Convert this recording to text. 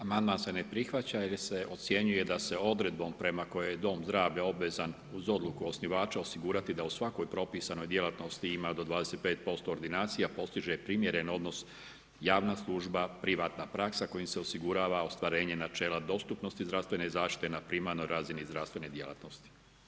Amandman se ne prihvaća jer se ocjenjuje da se odredbom prema kojoj je dom zdravlja obvezan uz odluku osnivača osigurati da u svakoj propisanoj djelatnosti ima do 25% ordinacija, postiže primjeren odnos javna služba privatna praksa kojim se osigurava ostvarenje načela dostupnosti zdravstvene zaštite na primarnoj razini zdravstvene djelatnosti.